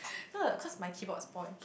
no cause my keyboard spoil